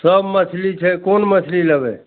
सभ मछली छै कोन मछली लेबै